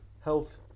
health